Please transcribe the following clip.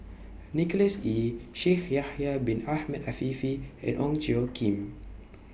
Nicholas Ee Shaikh Yahya Bin Ahmed Afifi and Ong Tjoe Kim